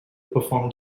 performed